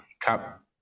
cup